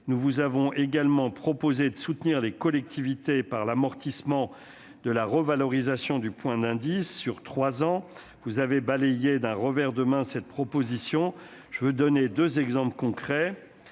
Nous vous avons également proposé de soutenir les collectivités par l'amortissement de la revalorisation du point d'indice sur trois ans. Vous avez balayé cette proposition d'un revers de main. Je veux donner deux exemples concrets.